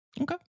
okay